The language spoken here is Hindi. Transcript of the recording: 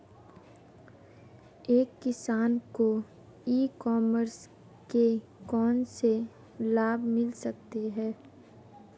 एक किसान को ई कॉमर्स के कौनसे लाभ मिल सकते हैं?